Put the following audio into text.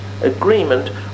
agreement